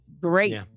great